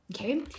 Okay